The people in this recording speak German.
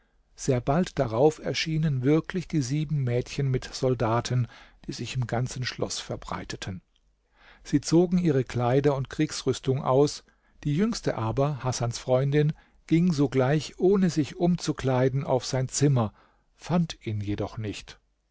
sehr bald darauf erschienen wirklich die sieben mädchen mit soldaten die sich im ganzen schloß verbreiteten sie zogen ihre kleider und kriegsrüstung aus die jüngste aber hasans freundin ging sogleich ohne sich umzukleiden auf sein zimmer fand ihn jedoch nicht